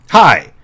hi